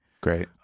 Great